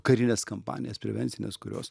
karines kampanijas prevencines kurios